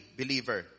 believer